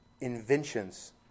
inventions